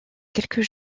quelques